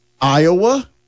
Iowa